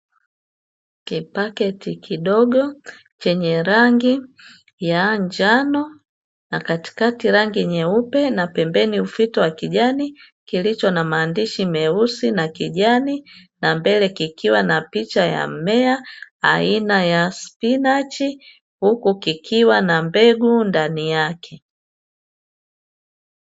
Kipaketi kidogo chenye rangi ya njano na katikati rangi nyeupe na pembeni ufito wa kijani, kilicho na maandishi meusi na kijani na mbele kikiwa na picha ya mmea aina ya spinachi huku kikiwa na mbegu ndani yake.